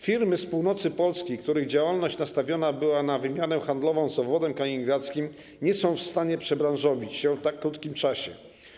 Firmy z północy Polski, których działalność nastawiona była na wymianę handlową z obwodem kaliningradzkim, nie są w stanie przebranżowić się w tak krótkim czasie.